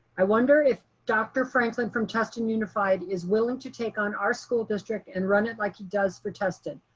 i wonder if dr. franklin from tustin unified is willing to take on our school district and run it like he does for tustin.